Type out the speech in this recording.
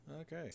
okay